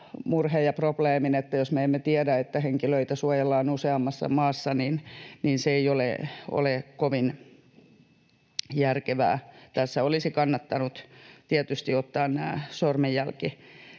murheen ja probleemin, että jos me emme tiedä, että henkilöitä suojellaan useammassa maassa, niin se ei ole kovin järkevää. Tässä olisi kannattanut tietysti ottaa nämä sormenjälkitiedot